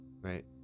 right